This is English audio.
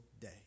day